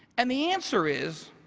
and the answer is,